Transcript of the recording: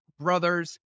brothers